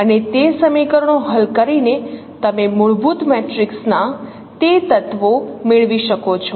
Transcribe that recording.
અને તે સમીકરણો હલ કરીને તમે મૂળભૂત મેટ્રિક્સ ના તે તત્વો મેળવી શકો છો